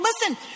listen